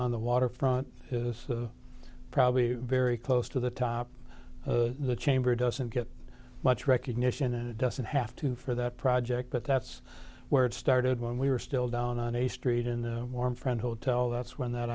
on the waterfront is probably a very close to the top of the chamber doesn't get much recognition and it doesn't have to for that project but that's where it started when we were still down on a street in the warm front hotel that's when that